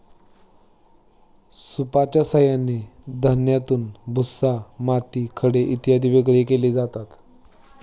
सूपच्या साहाय्याने धान्यातून भुसा, माती, खडे इत्यादी वेगळे केले जातात